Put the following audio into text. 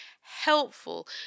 helpful